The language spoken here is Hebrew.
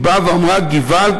היא באה ואמרה: געוואלד,